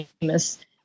famous